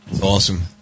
Awesome